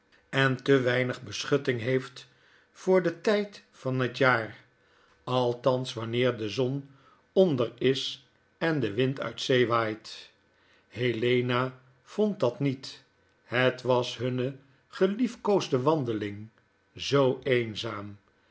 en te weinig beschutting heeft voor den tgd van het jaar althans wanneer de zon onder is en de wind uit zee waait helena vond dat niet het was hunnegeliefkoosde wandeling zoo eenzaam